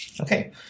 Okay